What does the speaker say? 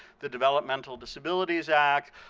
the developmental disability act,